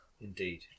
Indeed